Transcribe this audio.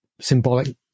symbolic